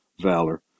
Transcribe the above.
valor